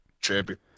champion